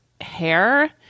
hair